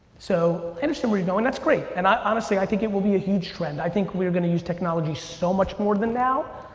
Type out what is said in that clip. so, interesting where you going, that's great. and i honestly, i think it will be a huge trend. i think we're gonna use technology so much more than now,